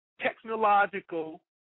technological